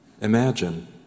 imagine